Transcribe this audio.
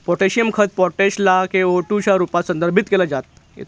potassium खत potash ला K two O च्या रूपात संदर्भित केल जात